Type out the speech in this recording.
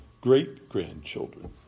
great-grandchildren